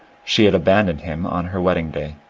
she had abandoned him on her wedding day,